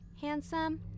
handsome